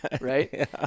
Right